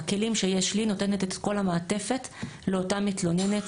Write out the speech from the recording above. בכלים שיש לי נותנת את כל המעטפת לאותה מתלוננת.